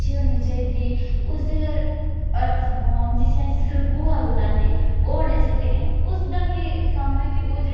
फ्ही जग्गी बासूदेव होरें बी आखेदा ओह् बी योगा दे बड़े बड्डे शुभ करैक्टर हा उं'दा बी योगा बिच्च '